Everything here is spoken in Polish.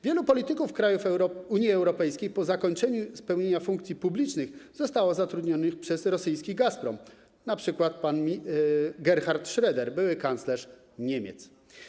Wielu polityków krajów Unii Europejskiej po zakończeniu pełnienia funkcji publicznych została zatrudniona przez rosyjski Gazprom, na przykład pan Gerhard Schröeder, były kanclerz Niemiec.